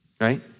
Right